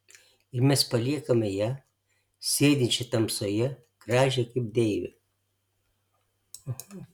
ir mes paliekame ją sėdinčią tamsoje gražią kaip deivę